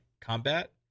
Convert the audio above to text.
combat